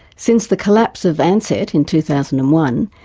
since the collapse of ansett in two thousand and one,